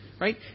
right